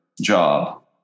job